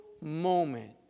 moment